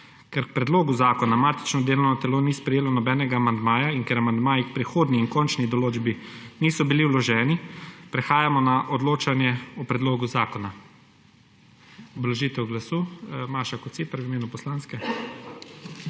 Ker k predlogu zakona matično delovno telo ni sprejelo nobenega amandmaja in ker amandmaji k prehodni in končni določbi niso bili vloženi, prehajamo na odločanje o predlogu zakona. Obrazložitev glasu Maša Kociper v imenu poslanske.